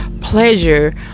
pleasure